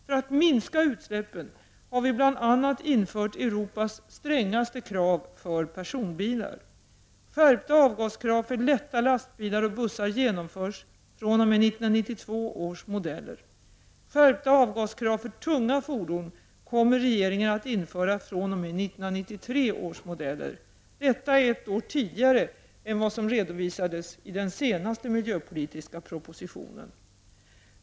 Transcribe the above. För att minska utsläppen har vi bl.a. infört Europas strängaste avgaskrav för personbilar. Skärpta avgaskrav för lätta lastbilar och bussar genomförs fr.o.m. 1992 års modeller. Skärpta avgaskrav för tunga fordon kommer regeringen att införa fr.o.m. 1993 års modeller. Det är ett år tidigare än vad som redovisades i den senaste miljöpolitiska propositionen.